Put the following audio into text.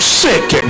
sick